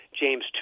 James